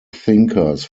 thinkers